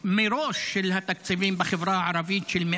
מראש של מאות מיליוני שקלים בתקציבי החברה הערבית.